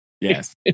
Yes